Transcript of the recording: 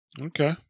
Okay